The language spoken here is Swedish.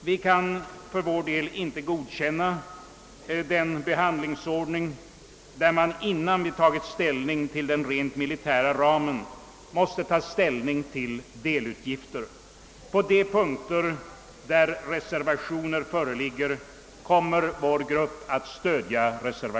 Vi kan för vår del inte godkänna en behandlingsordning där man, innan man tagit ställning till den rent militära ramen, måste ta ställning till delutgifter. På de punkter där reservationer föreligger kommer vår grupp att stödja dessa.